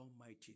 almighty